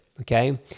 Okay